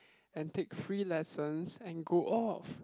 and take free lessons and go off